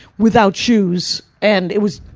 without shoes. and it was,